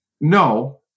no